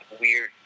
weird